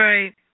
Right